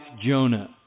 Jonah